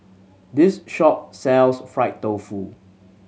this shop sells fried tofu